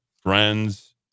friends